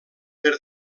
per